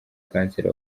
kanseri